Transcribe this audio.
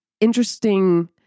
interesting